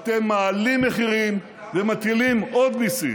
אתם מעלים מחירים ומטילים עוד מיסים,